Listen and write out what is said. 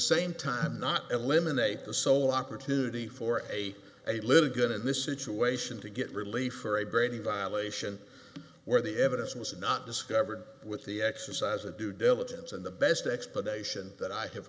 same time not eliminate the sole opportunity for a a litigant in this situation to get relief for a brady violation where the evidence was not discovered with the exercise a due diligence and the best explanation that i have